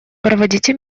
проводите